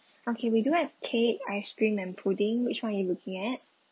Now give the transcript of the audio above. okay we do have cake ice cream and pudding which one are you looking at